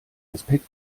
aspekt